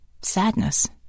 sadness